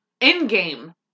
Endgame